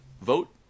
vote